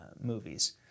movies